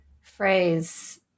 phrase